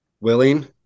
willing